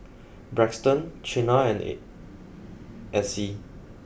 Braxton Chynna and Acy